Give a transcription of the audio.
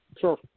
Sure